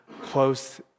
close